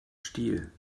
stiel